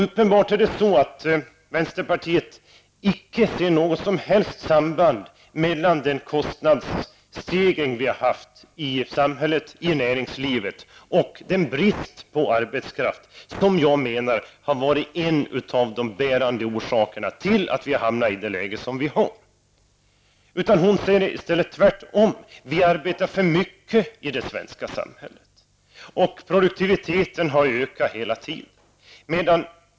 Uppenbart ser icke vänsterpartiet något som helst samband mellan den kostnadsstegring som vi har haft i näringslivet och hela samhället och den brist på arbetskraft som, enligt min mening, har varit en av de verkliga orsakerna till att vi har hamnat i dagens läge. Hon säger tvärtom att vi arbetar för mycket i det svenska samhället och menar att produktiviteten hela tiden har ökat.